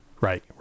Right